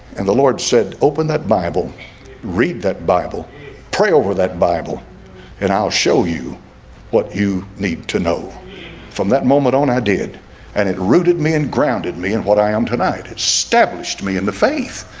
and the lord said open that bible read that bible pray over that bible and i'll show you what you need to know from that moment on i did and it rooted me and grounded me and what i am tonight established me in the faith.